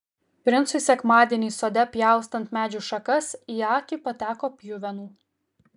princui sekmadienį sode pjaustant medžių šakas į akį pateko pjuvenų